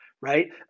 right